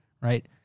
right